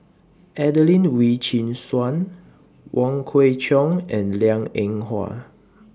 Adelene Wee Chin Suan Wong Kwei Cheong and Liang Eng Hwa